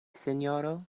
sinjoro